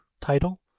title